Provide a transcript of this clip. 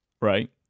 Right